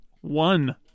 One